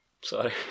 sorry